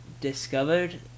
discovered